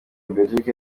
belgique